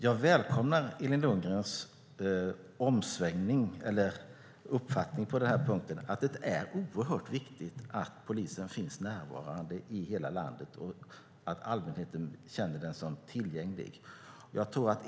Jag välkomnar Elin Lundgrens uppfattning på denna punkt, nämligen att det är oerhört viktigt att polisen finns närvarande i hela landet och att allmänheten känner att den är tillgänglig.